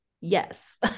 Yes